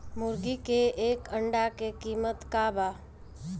मुर्गी के एक अंडा के कीमत का बा?